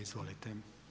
Izvolite.